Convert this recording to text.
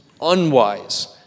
unwise